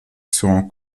seront